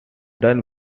done